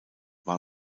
war